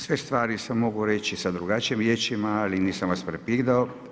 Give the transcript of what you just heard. Sve stvari se mogu reći sa drugačijim riječima, ali nisam vas prekidao.